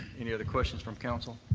any other questions from council?